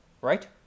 right